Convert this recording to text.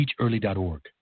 teachearly.org